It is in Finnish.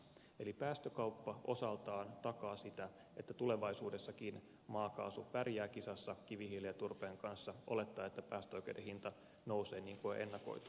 eli päästökauppa osaltaan takaa sitä että tulevaisuudessakin maakaasu pärjää kisassa kivihiilen ja turpeen kanssa olettaen että päästöoikeuden hinta nousee niin kuin on ennakoitu